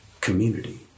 community